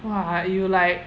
!wah! you like